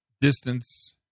distance